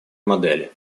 модели